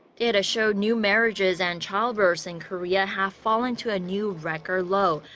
data show new marriages and childbirths in korea have fallen to a new record low.